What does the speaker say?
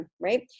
right